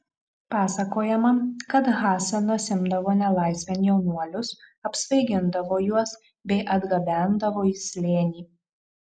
pasakojama kad hasanas imdavo nelaisvėn jaunuolius apsvaigindavo juos bei atgabendavo į slėnį